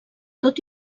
tot